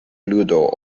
ludo